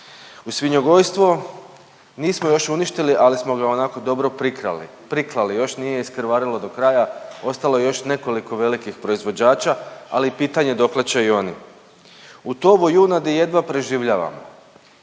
U svinjogojstvo nismo još uništili ali smo ga onako dobro prikrali, priklali još nije iskrvarilo do kraja ostalo je još nekoliko velikih proizvođača, ali i pitanje dokle će i oni. U tovu junadi jedva preživljavamo,